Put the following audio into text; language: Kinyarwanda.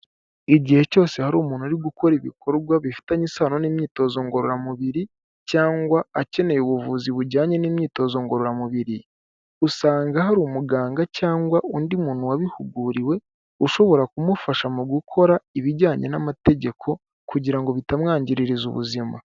Igihe cyose hari umuntu uri gukora ibikorwa bifitanye isano n'imyitozo ngororamubiri cyangwa akeneye ubuvuzi bujyanye n'imyitozo ngororamubiri, usanga hari umuganga cyangwa undi muntu wabihuguriwe ushobora kumufasha mu gukora ibijyanye n'amategeko kugira ngo bitamwangiriza ubuzima.